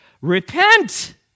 Repent